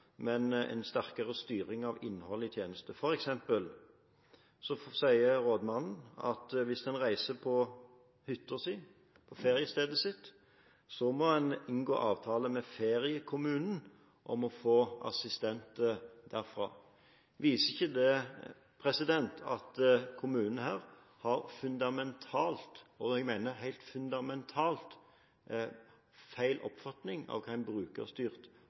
men en sterkere styring av innholdet i tjenesten. Rådmannen sier f.eks. at hvis en reiser på hytta, på feriestedet sitt, så må en inngå avtale med feriekommunen om å få assistenter derfra. Viser ikke det at denne kommunen har en fundamentalt – jeg mener en helt fundamentalt – feil oppfatning av hva en